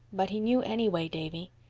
but he knew anyway, davy.